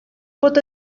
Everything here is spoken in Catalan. pot